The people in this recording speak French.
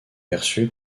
perçue